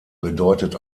bedeutet